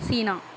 China